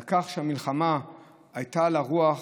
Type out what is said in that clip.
לכך שהמלחמה הייתה על הרוח